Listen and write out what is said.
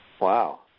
Wow